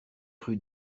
rue